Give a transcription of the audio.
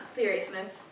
Seriousness